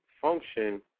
function